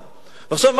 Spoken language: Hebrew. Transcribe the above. עכשיו, מה אני אעשה?